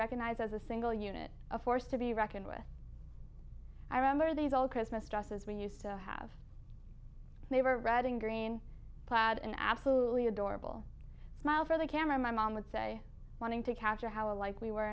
recognized as a single unit a force to be reckoned with i remember these all christmas just as we used to have neighbor reading green plaid and absolutely adorable smile for the camera my mom would say wanting to capture how alike we were